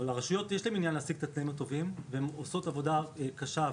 לרשויות יש עניין להשיג את התנאים הטובים והן עושות עבודה קשה,